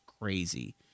crazy